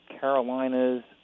Carolinas